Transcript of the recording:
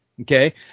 Okay